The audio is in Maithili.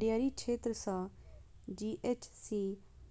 डेयरी क्षेत्र सं जी.एच.सी